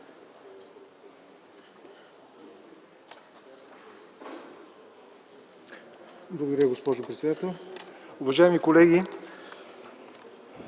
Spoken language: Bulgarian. Благодаря, госпожо председател. Уважаеми колеги,